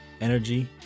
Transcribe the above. energy